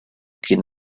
quien